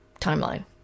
timeline